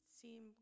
seem